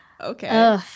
Okay